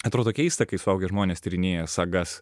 atrodo keista kai suaugę žmonės tyrinėja sagas